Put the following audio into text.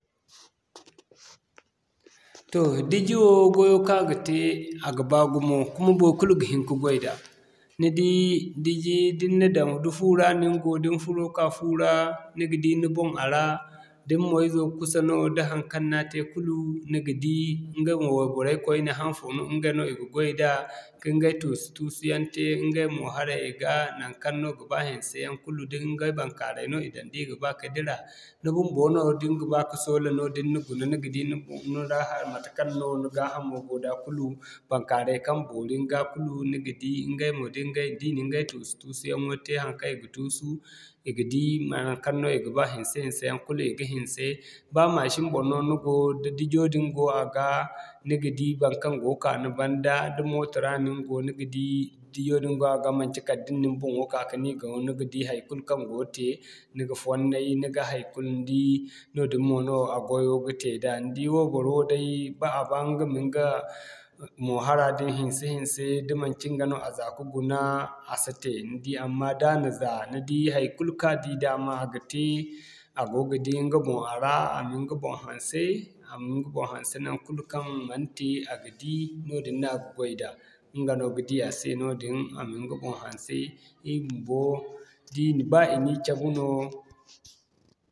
Toh diji wo gwayo kaŋ a ga te a ga baa gumo kuma baikulu ga hin ka goy da. Ni di da ni na daŋ da fu ra no ni go da ni furo ka'ka fuwo ra ni ga di ni boŋ a ra, da ni mo izo kusa no da haŋkaŋ no a te kulu, ni ga di ɲga mo wayborey koyne haŋfo ɲga no i ga goy da, ka ɲgay tuusu-tuusu yaŋ te ɲgay moo harayay ga naŋkaŋ no ga ba hanse yaŋ kulu da ɲgay baŋkaaray no i daŋ da i ga ba ka dira, ni bumbo no da ni ga ba ka soola no din na guna ni ga di ni bon mera haŋkaŋ no ni gaa hamo goo da kulu, baŋkaaray kaŋ boori ni ga kulu, ni ga di ɲgay mo din ɲgay, da i na ɲgay tuusu-tuusu yaŋo te haŋkaŋ i ga tuusu, i ga di ma haŋkaŋ no i ga ba hinse-hinse yaŋ kulu i ga hinse. Baa mashin boŋ no ni go da dijo din go a gaa, ni ga di baŋkaŋ go ka ni banda, da mooto ra no ni go ni ga di dijo din go a ga manci kala da ni'nin boŋo ka'ka nigaw, niga di haikulu kaŋ go te, niga fonnay, ni ga haikulu ni di noodin mo no a gwayo go te da. Ni di wayboro wo day, ba a ba ɲga ma ɲga moohara din hinse-hinse da manci ɲga no a za ka guna, a site ni di. Amma da na za ni di haikulu kaŋ a di daama a ga te a goga di ɲga boŋ a ra a ma ɲga boŋ hanse, a ma ɲga boŋ hanse naŋkul kaŋ man te a ga di, noodin no a ga goy da. Ɲga no ga di a se noodin, a ma ɲga boŋ hanse, ir bumbo ba i na ir cabu no.